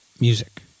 music